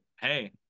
Hey